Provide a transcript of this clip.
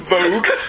Vogue